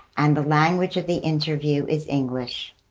and the language of the interview is english.